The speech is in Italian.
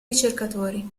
ricercatori